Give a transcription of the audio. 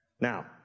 Now